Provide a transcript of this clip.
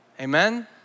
Amen